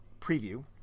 preview